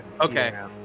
Okay